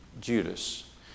Judas